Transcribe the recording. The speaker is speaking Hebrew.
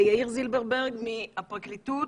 יאיר זילברברג מהפרקליטות,